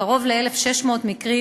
קרוב ל-1,600 מקרים.